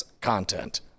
content